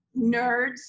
nerds